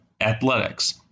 athletics